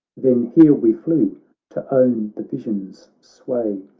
then here we flew to own the vision's sway.